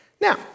Now